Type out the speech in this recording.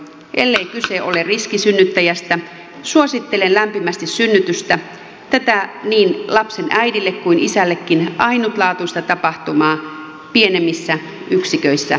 ellei kyse ole riskisynnyttäjästä suosittelen lämpimästi synnytystä tätä niin lapsen äidille kuin isällekin ainutlaatuista tapahtumaa pienemmissä yksiköissä tapahtuvaksi